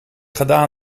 gedaan